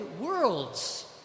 worlds